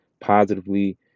positively